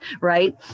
right